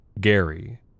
Gary